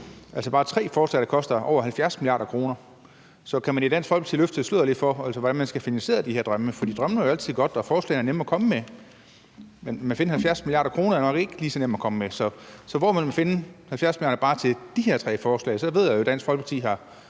Det er bare tre forslag, der koster over 70 mia. kr. Så kan man i Dansk Folkeparti løfte sløret lidt for, hvordan man skal finansiere de her drømme? For drømme er jo altid godt, og forslag er nemme at komme med. Men at finde 70 mia. kr. er nok ikke lige så nemt. Så hvor vil man finde 70 mia. kr. til bare de her tre forslag? Så ved jeg jo, at Dansk Folkeparti også